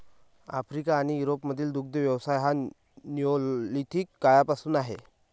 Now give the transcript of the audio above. Africa आणि युरोपमधील दुग्ध व्यवसाय हा निओलिथिक काळापासूनचा आहे